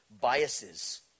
biases